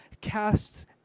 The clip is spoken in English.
casts